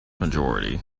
majority